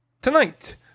Tonight